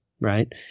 right